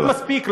הפרעת מספיק,